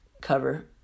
cover